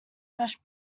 fresh